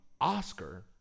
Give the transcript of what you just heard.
Oscar